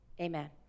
Amen